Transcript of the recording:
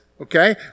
okay